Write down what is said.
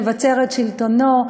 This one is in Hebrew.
לבצר את שלטונו,